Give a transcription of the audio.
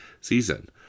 season